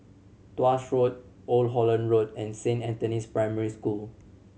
Tuas Road Old Holland Road and Saint Anthony's Primary School